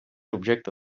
objecte